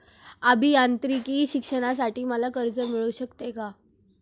अभियांत्रिकी शिक्षणासाठी मला कर्ज मिळू शकते का?